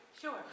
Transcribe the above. Sure